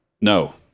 No